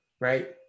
right